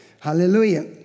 Hallelujah